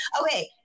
Okay